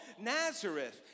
Nazareth